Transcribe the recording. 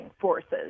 forces